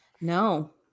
No